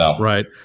Right